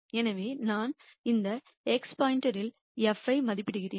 எனவே நான் அந்த x இல் f ஐ மதிப்பிடுகிறேன்